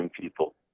people